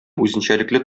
үзенчәлекле